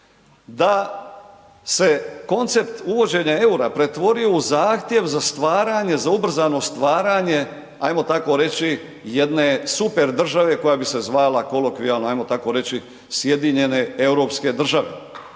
da se koncept uvođenja eura pretvori u zahtjev za stvaranje, za ubrzano stvaranje ajmo tako reći, jedne super države koja bi se zvala kolokvijalno ajmo tako reći, Sjedinjene europske države.